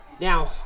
now